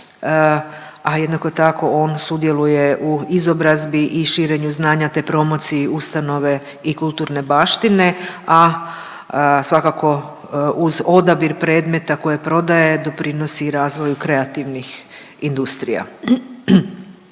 a jednako tako on sudjeluje u izobrazbi i širenju znanja, te promociji ustanove i kulturne baštine, a svakako uz odabir predmeta koje prodaje doprinosi i razvoju kreativnih industrija.